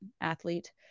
athlete